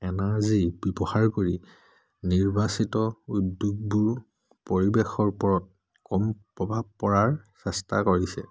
energy ব্যৱহাৰ কৰি নিৰ্বাচিত উদ্যোগবোৰ পৰিৱেশৰ ওপৰত কম প্ৰভাৱ পৰাৰ চেষ্টা কৰিছে